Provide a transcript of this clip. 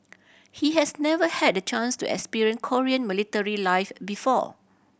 he has never had the chance to experience Korean military life before